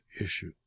issue